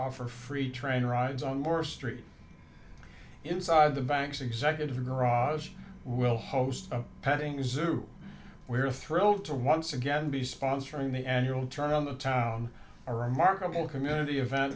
offer free train rides on more street inside the bank's executive garage will host a petting zoo we're thrilled to once again be sponsoring the annual turn on the town a remarkable community event